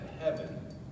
heaven